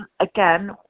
Again